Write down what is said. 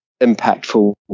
impactful